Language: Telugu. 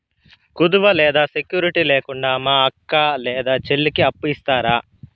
కుదువ లేదా సెక్యూరిటి లేకుండా మా అక్క లేదా చెల్లికి అప్పు ఇస్తారా?